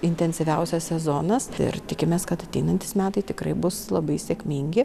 intensyviausias sezonas ir tikimės kad ateinantys metai tikrai bus labai sėkmingi